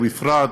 ובפרט